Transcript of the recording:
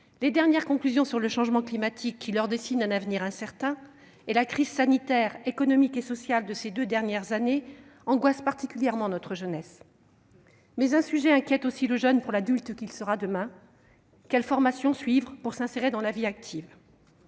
des dernières études sur le changement climatique, qui leur dessinent un avenir incertain, et la crise sanitaire, économique et sociale de ces deux dernières années angoissent particulièrement notre jeunesse. Mais une autre question inquiète aussi le jeune qui songe à l'adulte qu'il sera demain : quelle formation suivre pour s'insérer dans la vie active ?